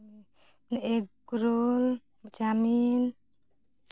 egg roll chowmein